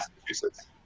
Massachusetts